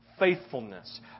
Faithfulness